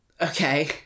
Okay